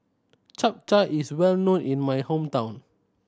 Chap Chai is well known in my hometown